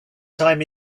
time